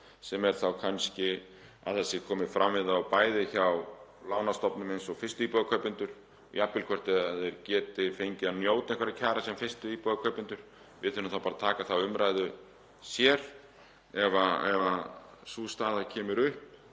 sem er kannski að það sé komið fram við það hjá lánastofnunum eins og fyrstu íbúðarkaupendur, jafnvel hvort fólk geti fengið að njóta einhverra kjara sem fyrstu íbúðarkaupendur. Við þurfum bara að taka þá umræðu sér ef sú staða kemur upp,